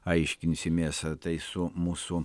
aiškinsimės tai su mūsų